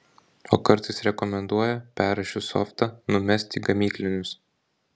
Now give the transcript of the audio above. o kartais rekomenduoja perrašius softą numest į gamyklinius